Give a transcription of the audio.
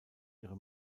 ihre